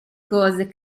cose